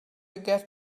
get